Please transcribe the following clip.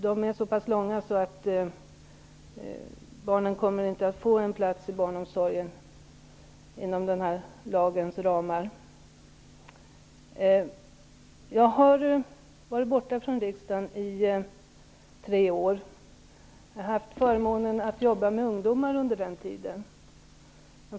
De är så pass långa att barnen inte kommer att få en plats i barnomsorgen inom den här lagens ramar. Jag har varit borta från riksdagen i tre år. Jag har haft förmånen att arbeta med ungdomar under den tiden.